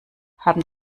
haben